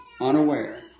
unaware